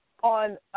on